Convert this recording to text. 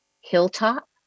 hilltop